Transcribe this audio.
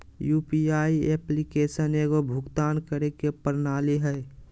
UPI application एगो भुक्तान करे के प्रणाली हइ